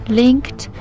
linked